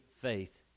faith